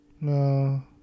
No